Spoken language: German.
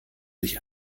sich